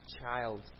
child